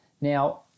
Now